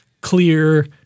clear